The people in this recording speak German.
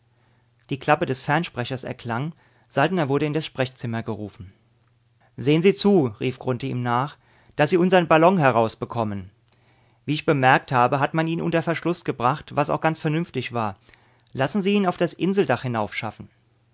die klappe des fernsprechers erklang saltner wurde in das sprechzimmer gerufen sehen sie zu rief ihm grunthe nach daß sie unsern ballon herausbekommen wie ich bemerkt habe hat man ihn unter verschluß gebracht was auch ganz vernünftig war lassen sie ihn auf das inseldach